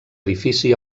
edifici